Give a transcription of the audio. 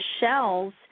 shells